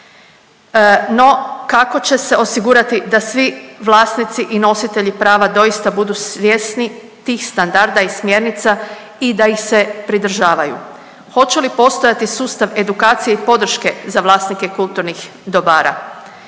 No, kako će se osigurati da svi vlasnici i nositelji prava doista budu svjesni tih standarda i smjernica i da ih se pridržavaju? Hoće li postojati sustav edukacije i podrške za vlasnike kulturnih dobara?